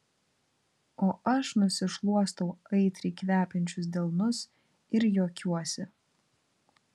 o aš nusišluostau aitriai kvepiančius delnus ir juokiuosi